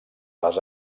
les